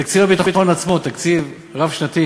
תקציב הביטחון עצמו, תקציב רב-שנתי